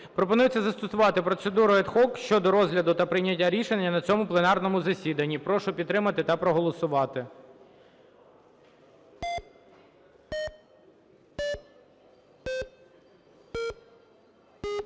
необхідно застосувати процедуру ad hoc щодо розгляду та прийняття рішення на цьому пленарному засіданні. Прошу підтримати та проголосувати.